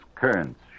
currents